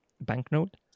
banknote